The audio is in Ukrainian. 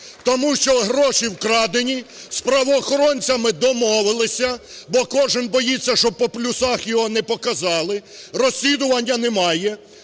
тому що гроші вкрадені, з правоохоронцями домовилися. Бо кожен боїться, щоб по "плюсах" його не показали. Розслідування немає.